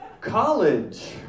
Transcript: college